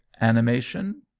animation